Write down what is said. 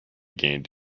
gained